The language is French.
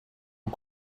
aux